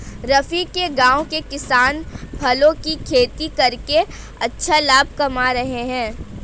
रफी के गांव के किसान फलों की खेती करके अच्छा लाभ कमा रहे हैं